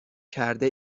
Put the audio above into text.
کرده